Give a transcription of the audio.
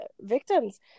victims